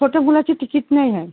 छोट्या मुलाची तिकीट नही है